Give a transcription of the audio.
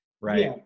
right